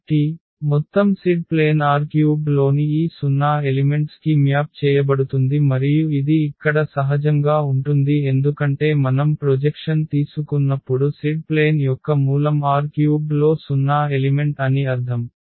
కాబట్టి మొత్తం z plane R³ లోని ఈ 0 ఎలిమెంట్స్ కి మ్యాప్ చేయబడుతుంది మరియు ఇది ఇక్కడ సహజంగా ఉంటుంది ఎందుకంటే మనం ప్రొజెక్షన్ తీసుకున్నప్పుడు z ప్లేన్ యొక్క మూలం R³ లో 0 ఎలిమెంట్ అని అర్ధం